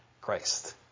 Christ